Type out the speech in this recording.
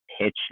pitch